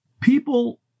people